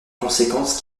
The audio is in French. conséquences